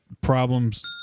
problems